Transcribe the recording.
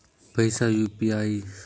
पैसा यू.पी.आई?